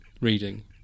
reading